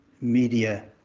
media